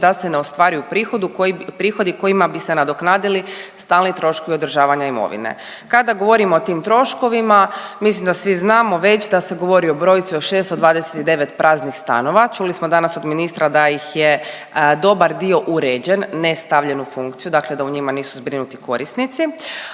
da se ne ostvaruju prihodi kojima bi se nadoknadili stalni troškovi održavanja imovine. Kada govorimo o tim troškovima, mislim da svi znamo već da se govori o brojci od 629 praznih stanova. Čuli smo danas od ministra da ih je dobar dio uređen, ne stavljen u funkciju, dakle da u njima nisu zbrinuti korisnici